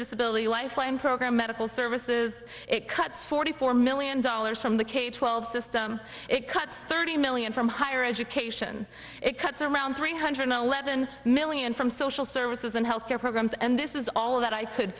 disability lifeline program medical services it cuts forty four million dollars from the k twelve system it cuts thirty million from higher education it cuts around three hundred eleven million from social services and health care programs and this is all that i could